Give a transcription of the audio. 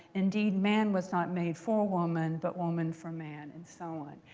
indeed, man was not made for woman, but woman for man, and so on.